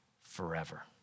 forever